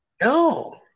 no